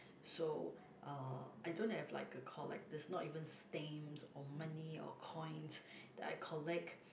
so uh I don't have like a collector's not even stamps or money or coins that I collect